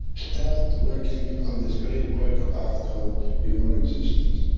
start working on this great work of art called your own existence